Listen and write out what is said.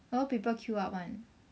a lot people queue up [one]